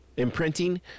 Imprinting